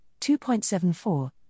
2.74